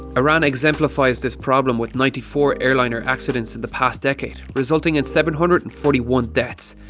iran exemplifies this problem with ninety four airliner accidents in the past decade, resulting in seven hundred and forty one deaths.